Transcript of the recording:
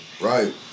right